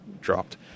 dropped